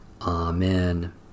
Amen